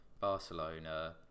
Barcelona